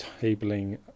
tabling